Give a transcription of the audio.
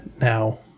now